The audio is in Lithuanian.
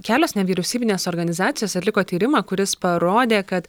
kelios nevyriausybinės organizacijos atliko tyrimą kuris parodė kad